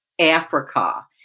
Africa